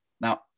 Now